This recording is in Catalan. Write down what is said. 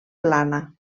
plana